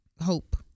Hope